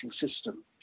system